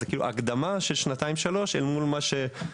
זאת הקדמה של שנתיים-שלוש אל מול מה שסוכם.